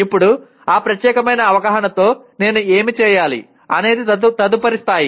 ఇప్పుడు ఆ ప్రత్యేక అవగాహనతో నేను ఏమి చేయాలి అనేది తదుపరి స్థాయి